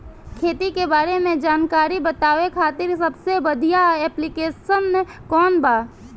खेती के बारे में जानकारी बतावे खातिर सबसे बढ़िया ऐप्लिकेशन कौन बा?